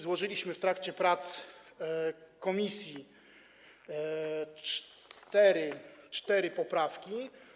Złożyliśmy w trakcie prac komisji cztery poprawki.